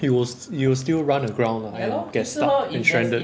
it will you'll still run the ground lah like get stuck and stranded